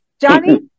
Johnny